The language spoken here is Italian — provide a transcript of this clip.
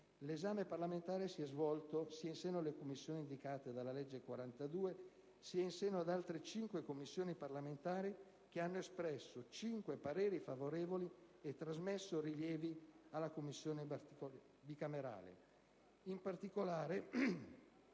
L'esame parlamentare si è svolto sia in seno alle Commissioni indicate dalla citata legge n. 42, sia in seno ad altre cinque Commissioni parlamentari che hanno espresso altrettanti pareri favorevoli e trasmesso rilievi alla Commissione bicamerale.